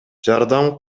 жардам